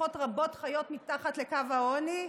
משפחות רבות חיות מתחת לקו העוני.